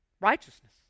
Righteousness